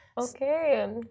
Okay